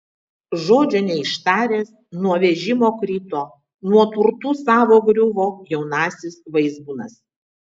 žodžio neištaręs nuo vežimo krito nuo turtų savo griuvo jaunasis vaizbūnas